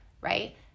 right